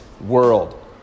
world